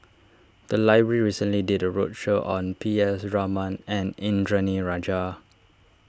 the library recently did a roadshow on P S Raman and Indranee Rajah